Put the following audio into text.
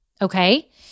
Okay